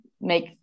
make